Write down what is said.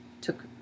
took